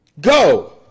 Go